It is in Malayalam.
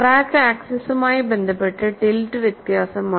ക്രാക്ക് ആക്സിസുമായി ബന്ധപ്പെട്ട് ടിൽറ്റ് വ്യത്യസ്തമാണ്